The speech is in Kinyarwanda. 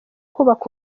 kubaka